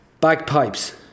bagpipes